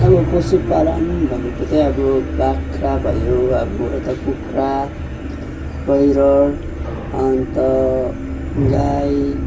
अब पशुपालन भनेको त अब बाख्रा भयो अब यता कुखुरा ब्रोयलर अन्त गाई